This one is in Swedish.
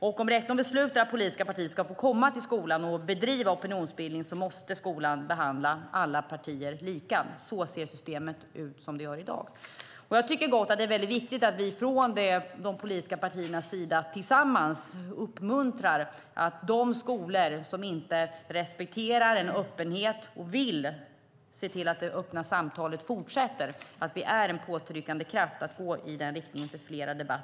Om rektorn beslutar att politiska partier ska få komma till skolan och bedriva opinionsbildning måste skolan behandla alla partier lika. Så ser systemet ut i dag. När det gäller de skolor som inte respekterar öppenheten och vill se till att det öppna samtalet fortsätter tycker jag att det är väldigt viktigt att vi från de politiska partiernas sida uppmuntrar och är en påtryckande kraft för att gå i riktning mot fler debatter.